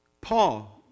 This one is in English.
Paul